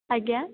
ଆଜ୍ଞା